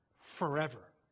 forever